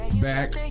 Back